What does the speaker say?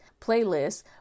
playlists